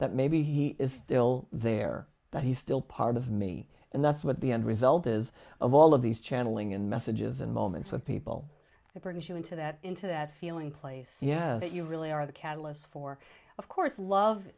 that maybe he is still there that he's still part of me and that's what the end result is of all of these channeling and messages and moments with people it brings you into that into that feeling place yeah that you really are the catalyst for of course love